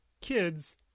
Kids